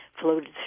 floated